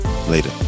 Later